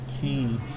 key